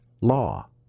law